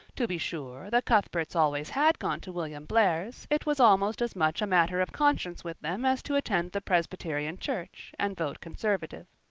to be sure, the cuthberts always had gone to william blair's it was almost as much a matter of conscience with them as to attend the presbyterian church and vote conservative.